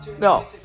No